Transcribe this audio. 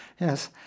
yes